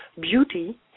beauty